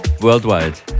worldwide